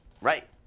right